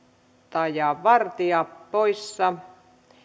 edustaja vartia poissa